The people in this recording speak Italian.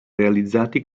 realizzati